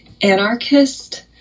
anarchist